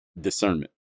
discernment